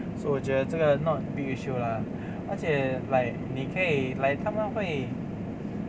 so 我觉得这个 not big issue lah 而且 like 你可以 like 他们会